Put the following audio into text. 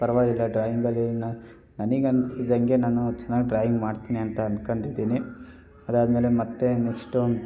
ಪರವಾಗಿಲ್ಲ ಡ್ರಾಯಿಂಗಲ್ಲಿ ನನಗೆ ಅನ್ಸಿದಂತೆ ನಾನು ಚೆನ್ನಾಗಿ ಡ್ರಾಯಿಂಗ್ ಮಾಡ್ತೀನಿ ಅಂತ ಅಂದ್ಕೊಂಡಿದ್ದೀನಿ ಅದಾದಮೇಲೆ ಮತ್ತು ನೆಕ್ಸ್ಟು